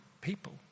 people